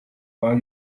while